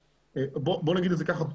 בוא נגיד את זה ככה,